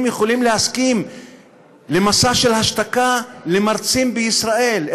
יכולים להסכים למסע של השתקה של מרצים בישראל.